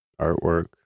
Artwork